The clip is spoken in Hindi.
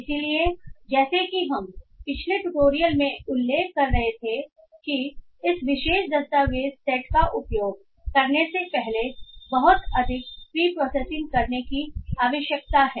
इसलिए जैसा कि हम पिछले ट्यूटोरियल में उल्लेख कर रहे थे कि इस विशेष दस्तावेज़ सेट का उपयोग करने से पहले बहुत अधिक प्रीप्रोसेसिंग करने की आवश्यकता है